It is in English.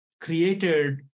created